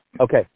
Okay